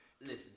Listen